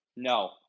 No